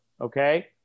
okay